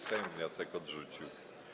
Sejm wniosek odrzucił.